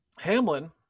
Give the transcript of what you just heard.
Hamlin